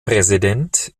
präsident